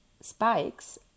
spikes